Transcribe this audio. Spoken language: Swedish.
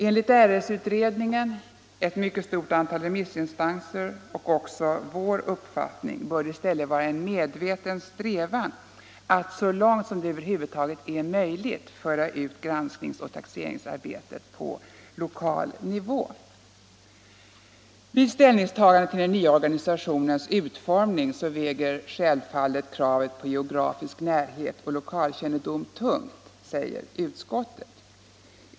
Enligt RS-utredningens och ett mycket stort antal remissinstansers uppfattning och även enligt vår uppfattning bör det i stället vara en medveten strävan att så långt det över huvud taget är möjligt föra ut granskningsoch taxeringsarbetet på lokal nivå. Vid ställningstagandet till den nya organisationens utformning väger självfallet kravet på geografisk närhet och lokalkännedom tungt, säger utskottet.